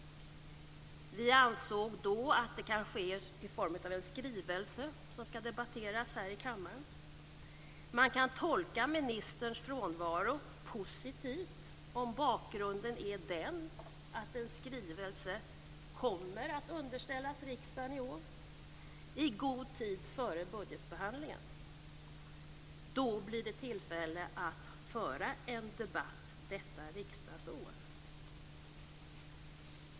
Vi ansåg då att det kan ske i form av en skrivelse som skall debatteras här i kammaren. Man kan tolka ministerns frånvaro positivt om bakgrunden är att en skrivelse kommer att underställas riksdagen i år - i god tid före budgetbehandlingen. Då blir det tillfälle att föra en debatt detta riksdagsår.